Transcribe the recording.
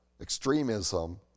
extremism